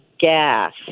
gas